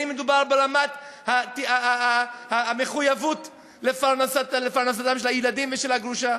בין אם מדובר ברמת המחויבות לפרנסתם של הילדים ושל הגרושה.